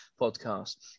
podcast